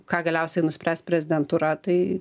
ką galiausiai nuspręs prezidentūra tai